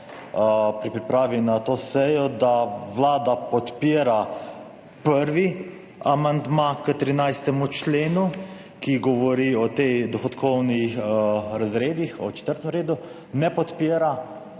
pri pripravi na to sejo, da Vlada podpira prvi amandma k 13. členu, ki govori o teh dohodkovnih razredih, o četrtem razredu, ne podpira